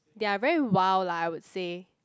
they are very wild lah I would say